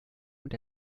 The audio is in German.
und